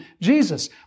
Jesus